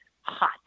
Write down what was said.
hot